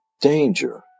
danger